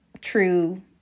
true